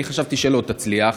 אני חשבתי שלא תצליח,